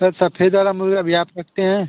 sir सफेद वाला मुर्गा भी आप रखते हैं